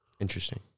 Interesting